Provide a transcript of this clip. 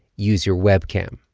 use your webcam.